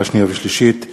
הרווחה והבריאות נתקבלה.